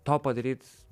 to padaryt